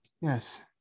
yes